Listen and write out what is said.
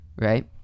Right